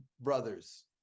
brothers